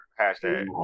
hashtag